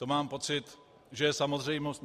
To mám pocit, že je samozřejmost.